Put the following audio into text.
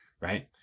right